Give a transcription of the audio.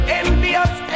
envious